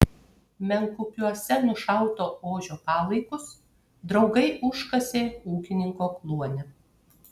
menkupiuose nušauto ožio palaikus draugai užkasė ūkininko kluone